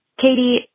Katie